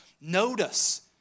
Notice